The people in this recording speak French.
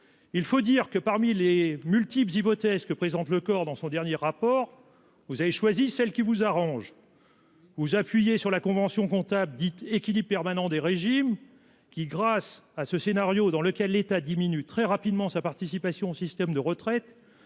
Il faut dire que parmi les multiples hypothèses que présente le corps dans son dernier rapport. Vous avez choisi celle qui vous arrange. Vous appuyez sur la convention comptable dite équilibre permanent des régimes qui grâce à ce scénario dans lequel l'État diminue très rapidement sa participation au système de retraite.